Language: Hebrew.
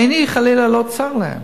עיני חלילה לא צרה בהם,